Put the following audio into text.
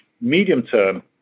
medium-term